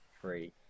three